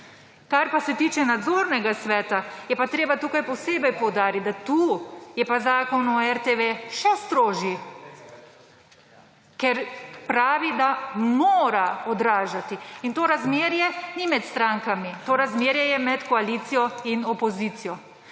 Kar pa se tiče nadzornega sveta, je pa treba tukaj posebej poudariti, da tu je pa Zakon o RTV še strožji. Ker pravi, da mora odražati. In to razmerje ni med strankami. To razmerje je med koalicijo in opozicijo.